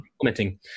commenting